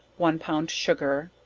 one pound sugar,